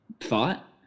thought